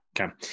Okay